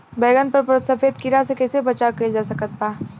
बैगन पर सफेद कीड़ा से कैसे बचाव कैल जा सकत बा?